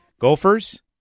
gophers